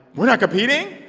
we're not competing?